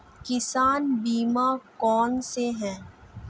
किसान बीमा कौनसे हैं?